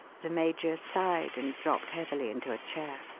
the major sighed and dropped heavily into a chair.